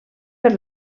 per